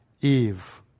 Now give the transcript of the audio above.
Eve